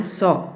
saw